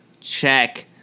check